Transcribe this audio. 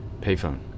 payphone